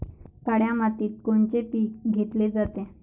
काळ्या मातीत कोनचे पिकं घेतले जाते?